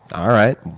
um alright,